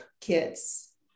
kids